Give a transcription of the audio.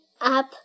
up